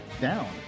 down